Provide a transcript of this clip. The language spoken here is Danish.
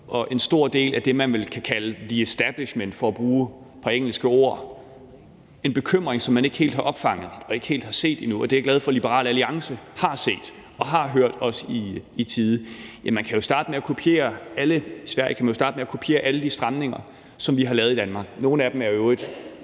og en stor del af det, man vel kan kalde the establishment, for at bruge et engelsk udtryk, ikke helt har opfanget og ikke helt har set endnu. Og det er jeg glad for at Liberal Alliance har set og har hørt, også i tide. I Sverige kan man jo starte med at kopiere alle de stramninger, som vi har lavet i Danmark. Nogle af dem er i